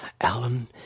Alan